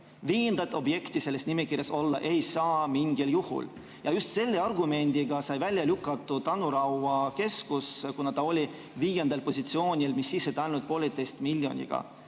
Viiendat objekti selles nimekirjas olla ei saa mingil juhul. Just selle argumendiga sai välja lükatud Anu Raua keskus, kuna ta oli viiendal positsioonil, mis siis, et ainult 1,5 miljoniga.